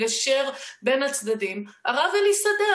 המכתב הזה על מעמדם בחוק מול ביטוח לאומי יצא בלחץ